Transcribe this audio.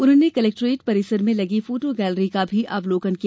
उन्होंने कलेक्टोरेट परिसर में लगी फोटो गैलरी का भी अवलोकन किया